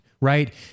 right